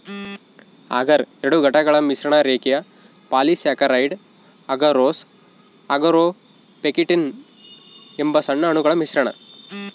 ಅಗರ್ ಎರಡು ಘಟಕಗಳ ಮಿಶ್ರಣ ರೇಖೀಯ ಪಾಲಿಸ್ಯಾಕರೈಡ್ ಅಗರೋಸ್ ಅಗಾರೊಪೆಕ್ಟಿನ್ ಎಂಬ ಸಣ್ಣ ಅಣುಗಳ ಮಿಶ್ರಣ